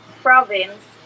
Province